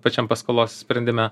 pačiam paskolos sprendime